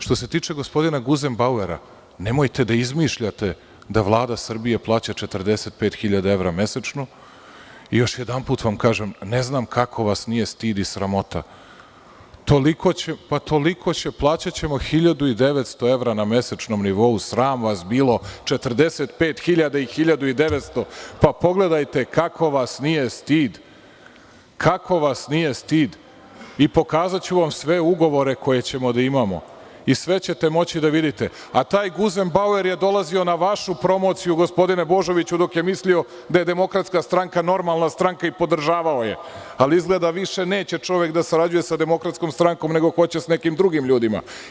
Što se tiče gospodina Guzem Bauera, nemojte da izmišljate da Vlada Srbije plaća 45.000 mesečno i još jedanput vam kažem ne znam kako vas nije sramota, plaćaćemo 1.900 evra na mesečnom nivou, sram vas bilo 45.000 i 1.900, pa pogledajte, kako vas nije stid, kako vas nije stid, pokazaću vam sve ugovore koje ćemo da imamo i sve ćete moći da vidite, a taj Guzem Bauer je dolazio na vašu promociju gospodine Božoviću, dok je mislio da je Demokratska stranka normalna stranka i podržavao je, ali izgleda više neće čovek da sarađuje sa Demokratskom strankom, nego hoće sa nekim drugim ljudima.